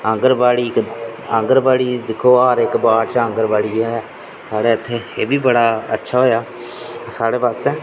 आंगन वाड़ी दिक्खो हर इक वार्ड च आंगन वाड़ी ऐ साढे़ इत्थै एह् बी बड़ा अच्छा होआ साढे़ वास्तै